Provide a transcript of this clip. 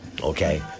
okay